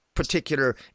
Particular